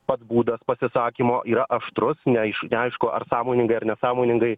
pats būdas pasisakymo yra aštrus ne iš neaišku ar sąmoningai ar nesąmoningai